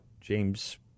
James